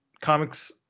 comics